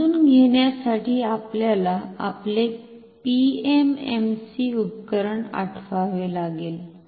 समजून घेण्यासाठी आपल्याला आपले पीएमएमसी उपकरण आठवावे लागेल